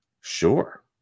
Sure